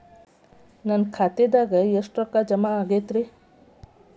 ನನ್ನ ಖಾತೆದಾಗ ಎಷ್ಟ ರೊಕ್ಕಾ ಜಮಾ ಆಗೇದ್ರಿ?